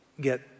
get